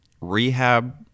rehab